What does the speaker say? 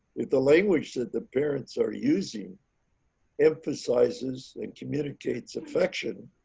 if the language that the parents are using emphasizes and communicates affection.